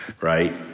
Right